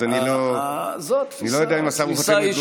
אז אני לא יודע אם השר הוא חותמת גומי,